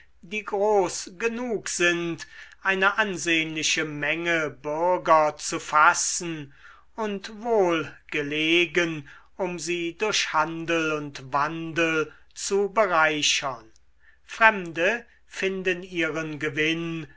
die groß genug sind eine ansehnliche menge bürger zu fassen und wohl gelegen um sie durch handel und wandel zu bereichern fremde finden ihren gewinn